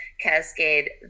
cascade